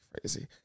crazy